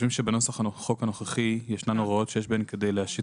בנוסח החוק הנוכחי יש הוראות שיש בהן כדי להשית